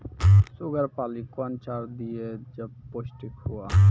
Sugar पाली कौन चार दिय जब पोस्टिक हुआ?